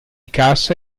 cassa